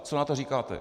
Co na to říkáte?